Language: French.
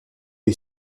est